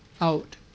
out